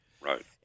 right